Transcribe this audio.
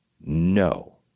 no